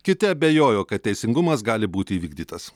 kiti abejojo kad teisingumas gali būti įvykdytas